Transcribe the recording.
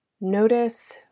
Notice